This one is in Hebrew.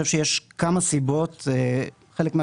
-- אבל אני רוצה להסביר שאני חושב שיש כמה סיבות חלק מהדברים